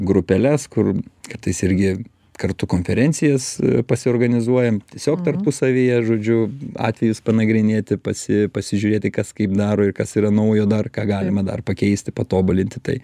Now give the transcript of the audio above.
grupeles kur kartais irgi kartu konferencijas pasiorganizuojam tiesiog tarpusavyje žodžiu atvejus panagrinėti pasi pasižiūrėti kas kaip daro ir kas yra naujo dar ką galima dar pakeisti patobulinti tai